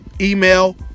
email